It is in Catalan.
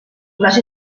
les